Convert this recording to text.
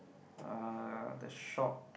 uh the shop